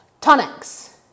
Tonics